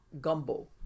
gumbo